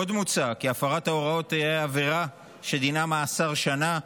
עוד מוצע כי הפרת ההוראות תהיה עבירה שדינה מאסר שנה,